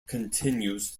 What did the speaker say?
continues